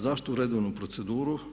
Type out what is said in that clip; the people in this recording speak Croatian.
Zašto u redovnu proceduru?